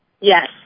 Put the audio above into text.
Yes